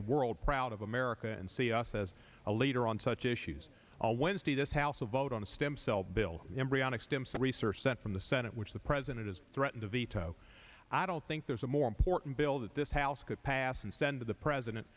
the world proud of america and see us as a leader on such issues on wednesday this house vote on the stem cell bill embryonic stem cell research sent from the senate which the president has threatened to veto i don't think there's a more important bill that this house could pass and send to the president